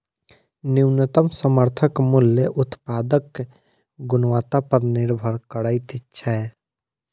न्यूनतम समर्थन मूल्य उत्पादक गुणवत्ता पर निभर करैत छै